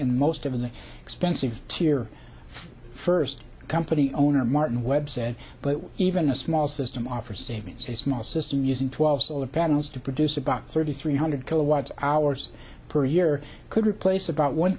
in most of the expensive tear first company owner martin webb said but even a small system offer savings a small system using twelve solar panels to produce about thirty three hundred kilowatt hours per year could replace about one